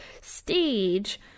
stage